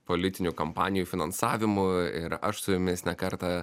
politinių kampanijų finansavimu ir aš su jumis ne kartą